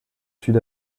sud